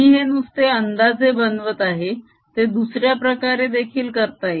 मी हे नुसते अंदाजे बनवत आहे ते दुसऱ्या प्रकारे देखील करता येईल